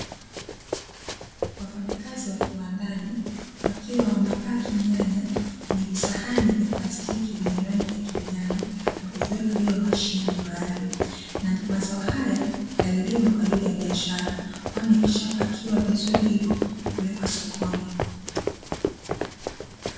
Wafanyakazi wa kiwandani, wakiwa wanapaki nyanya kwenye visahani vya plastiki vyenye rangi ya kijani, na kuviweka juu ya mashine maalumu, na mazao haya yalilimwa kwa ajili ya biashara, kwani wakishapakia vizuri hivyo hupelekwa sokoni.